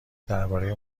درباره